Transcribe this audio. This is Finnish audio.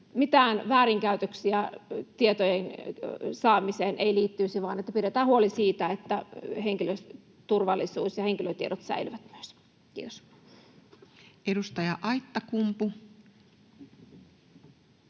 mitään väärinkäytöksiä tietojen saamiseen ei liittyisi vaan pidetään huoli siitä, että myös turvallisuus ja henkilötiedot säilyvät. — Kiitos. [Speech 113]